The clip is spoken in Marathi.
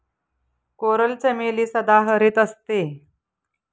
कोरल चमेली सदाहरित असते